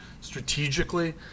strategically—